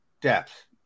Depth